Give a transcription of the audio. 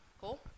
Cool